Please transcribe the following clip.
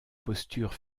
posture